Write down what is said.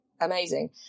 Amazing